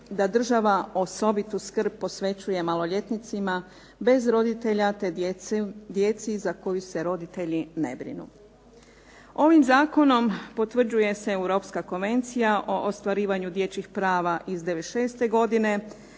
da država osobitu skrb posvećuje maloljetnicima bez roditelja te djeci za koju se roditelji ne brinu. Ovim zakonom potvrđuje se Europska konvencija o ostvarivanju dječjih prava iz 96. godine